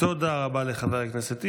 תודה רבה לחבר הכנסת אילוז.